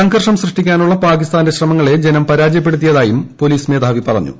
സംഘർഷം സൃഷ്ടിക്കാനുള്ള പാകിസ്ഥാന്റെ ശ്രമങ്ങളെ ജനം പരാജയപ്പെടുത്തിയതായും അദ്ദേഹം പറഞ്ഞു